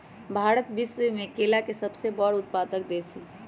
भारत विश्व में केला के सबसे बड़ उत्पादक देश हई